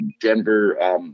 Denver